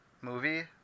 movie